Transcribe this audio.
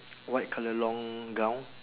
white colour long gown